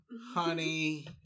honey